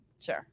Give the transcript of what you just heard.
Sure